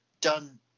done